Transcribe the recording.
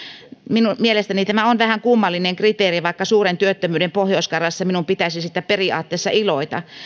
minun mielestäni tämä on vähän kummallinen kriteeri vaikka suuren työttömyyden pohjois karjalassa minun pitäisi siitä periaatteessa iloita